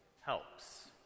helps